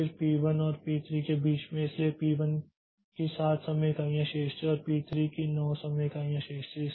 फिर पी 1 और पी 3 के बीच में इसलिए पी 1 की 7 समय इकाइयाँ शेष थीं और पी 3 की 9 समय इकाइयाँ शेष थीं